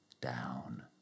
down